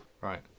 Right